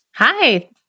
Hi